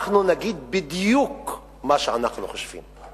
אנחנו נגיד בדיוק מה שאנחנו חושבים.